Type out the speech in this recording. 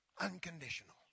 Unconditional